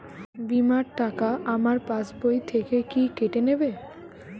বিমার টাকা আমার পাশ বই থেকে কি কেটে নেবে?